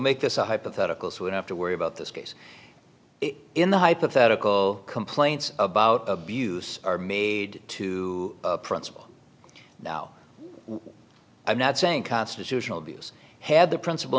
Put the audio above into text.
make this a hypothetical so we have to worry about this case in the hypothetical complaints about abuse are made to a principle now i'm not saying constitutional abuse had the princip